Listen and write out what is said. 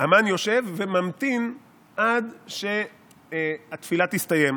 המן יושב וממתין עד שהתפילה תסתיים,